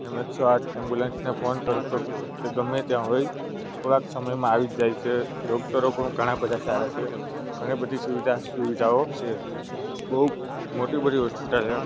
તમે એકસો આઠ એમ્બુલન્સને ફોન કરો તો એ ગમે ત્યાં હોય થોડાક સમયમાં આવી જ જાય છે ડોકટરો પણ ઘણા બધા સારા છે ઘણીબધી સુવિધા સુવિધાઓ છે બહુ મોટી મોટી હોસ્પિટલ છે